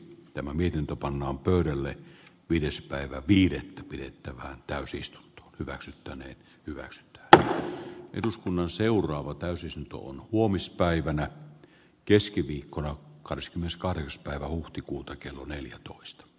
tämä miten pannaan pöydälle viides päivä viidettä pidettävä täysin hyväksyttävänä ei hyväksy että eduskunnan seuraava täysi syy on huomispäivänä keskiviikkona kahdeskymmeneskahdeksas päivä huhtikuuta kello neljätoista d